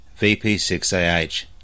VP6AH